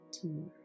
tomorrow